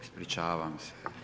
Ispričavam se.